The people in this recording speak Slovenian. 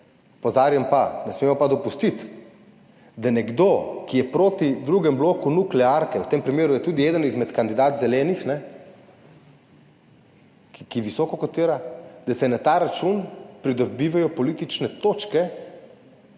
Opozarjam pa, da ne smemo dopustiti, da nekdo, ki je proti drugemu bloku nuklearke, v tem primeru je tudi eden izmed kandidatov Zelenih, ki visoko kotira, na ta račun pridobiva politične točke,